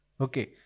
Okay